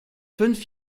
fünf